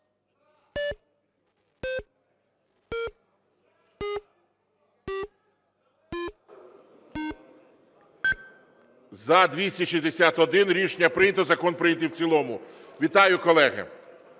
За-261 Рішення прийнято. Закон прийнятий в цілому. Вітаю, колеги!